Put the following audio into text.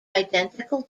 identical